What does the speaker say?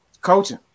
coaching